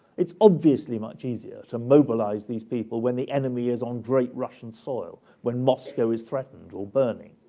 it's obviously much easier to mobilize these people when the enemy is on great russian soil, when moscow is threatened or burning.